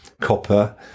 Copper